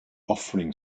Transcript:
offering